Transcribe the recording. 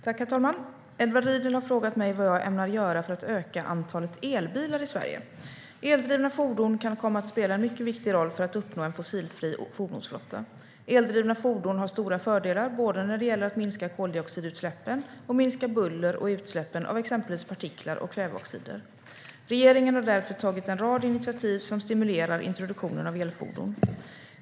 Herr talman! Edward Riedl har frågat vad jag ämnar göra för att öka antalet elbilar i Sverige. Eldrivna fordon kan komma att spela en mycket viktig roll för att uppnå en fossilfri fordonsflotta. Eldrivna fordon har stora fördelar både när det gäller att minska koldioxidutsläppen och minska buller och utsläppen av exempelvis partiklar och kväveoxider. Regeringen har därför tagit en rad initiativ som stimulerar introduktionen av elfordon.